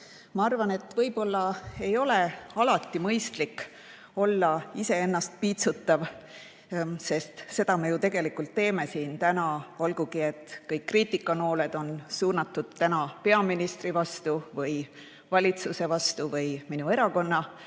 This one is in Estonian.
Ma arvan, et võib-olla ei ole alati mõistlik iseennast piitsutada, mida me ju tegelikult teeme siin täna. Olgugi et kõik kriitikanooled on suunatud täna peaministri vastu või valitsuse vastu või minu erakonna